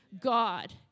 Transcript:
God